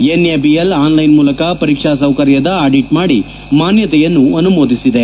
NABL online ಮೂಲಕ ಪರೀಕ್ಸಾ ಸೌಕರ್ಯದ ಆಡಿಟ್ ಮಾಡಿ ಮಾನ್ಲತೆಯನ್ನು ಅನುಮೋದಿಸಿದೆ